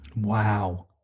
Wow